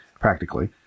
Practically